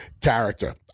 character